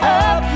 up